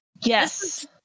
Yes